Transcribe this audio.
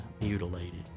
mutilated